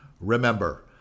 remember